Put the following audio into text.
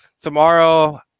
tomorrow